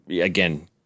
again